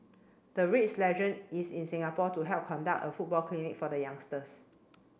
the reads legend is in Singapore to help conduct a football clinic for the youngsters